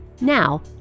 Now